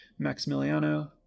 Maximiliano